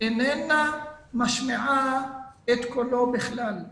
איננה משמיעה את קולו בכלל.